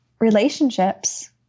relationships